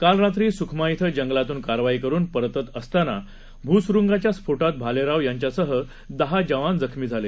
काल रात्री स्खमा इथं जंगलातून कारवाई करून परतत असताना भूस्रुंगाच्या स्फोटात भालेराव यांच्यासह दहा जवान जखमी झाले